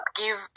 give